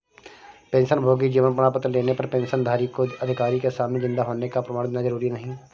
पेंशनभोगी जीवन प्रमाण पत्र लेने पर पेंशनधारी को अधिकारी के सामने जिन्दा होने का प्रमाण देना जरुरी नहीं